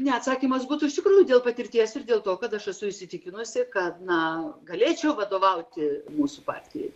ne atsakymas būtų iš tikrųjų dėl patirties ir dėl to kad aš esu įsitikinusi kad na galėčiau vadovauti mūsų partijai